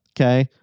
okay